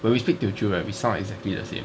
when we speak teochew right we sound exactly the same